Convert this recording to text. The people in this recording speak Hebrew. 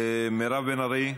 מירב בן ארי,